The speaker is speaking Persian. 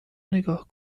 نگاه